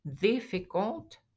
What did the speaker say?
difficult